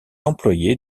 employée